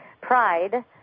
pride